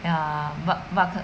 ya but but